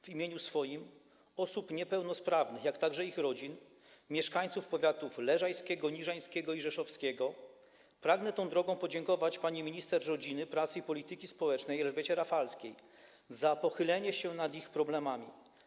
W imieniu swoim, osób niepełnosprawnych, a także ich rodzin, mieszkańców powiatów leżajskiego, niżańskiego i rzeszowskiego pragnę tą drogą podziękować pani minister rodziny, pracy i polityki społecznej Elżbiecie Rafalskiej za pochylenie się nad tymi problemami.